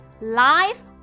live